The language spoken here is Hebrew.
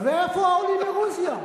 ואיפה העולים מרוסיה?